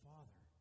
Father